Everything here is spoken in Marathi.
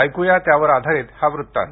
ऐकूया त्यावर आधारित हा वृत्तांत